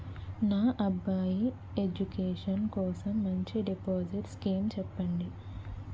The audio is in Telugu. నా అబ్బాయి ఎడ్యుకేషన్ కోసం మంచి డిపాజిట్ స్కీం చెప్పండి